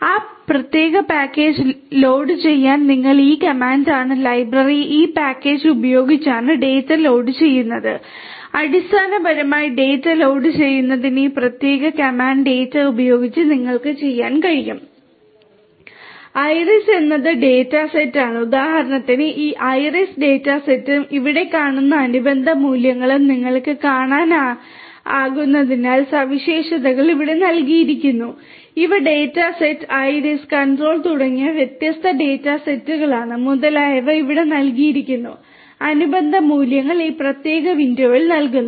ആ പ്രത്യേക പാക്കേജ് ലോഡുചെയ്യാൻ നിങ്ങൾ ഈ കമാൻഡാണ് ലൈബ്രറി കൺട്രോൾ തുടങ്ങിയ വ്യത്യസ്ത ഡാറ്റ സെറ്റുകളാണ് മുതലായവ ഇവിടെ നൽകിയിരിക്കുന്ന അനുബന്ധ മൂല്യങ്ങൾ ഈ പ്രത്യേക വിൻഡോയിൽ കാണിക്കുന്നു